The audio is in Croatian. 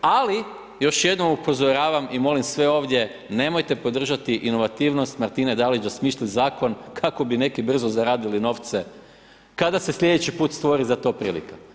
Ali, još jednom upozoravam i molim sve ovdje, nemojte podržati inovativnost Martine Dalić da smisli zakon kako bi neki brzo zaradili novce, kada se sljedeći put stvori za to prilika.